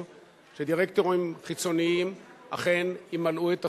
שדירקטורים חיצוניים אכן ימלאו את תפקידם,